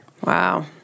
Wow